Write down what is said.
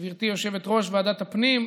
גברתי יושבת-ראש ועדת הפנים,